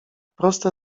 proste